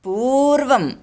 पूर्वम्